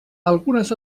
algunes